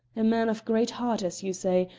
a man of great heart, as you say,